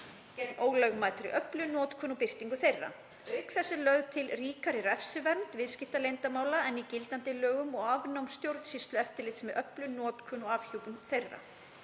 gegn ólögmætri öflun, notkun og birtingu þeirra. Auk þess er lögð til ríkari refsivernd viðskiptaleyndarmála en í gildandi lögum og afnám stjórnsýslueftirlits með öflun, notkun og afhjúpun þeirra.